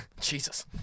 Jesus